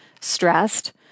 stressed